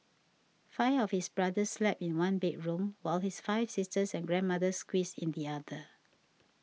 five of his brothers slept in one bedroom while his five sisters and grandmother squeezed in the other